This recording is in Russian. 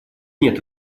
нет